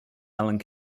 allen